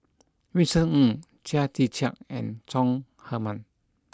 Vincent Ng Chia Tee Chiak and Chong Heman